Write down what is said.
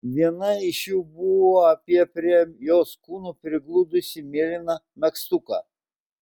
viena iš jų buvo apie prie jos kūno prigludusį mėlyną megztuką